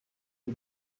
les